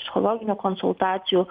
psichologinių konsultacijų